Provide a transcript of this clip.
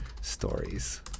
Stories